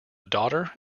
daughter